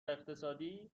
اقتصادی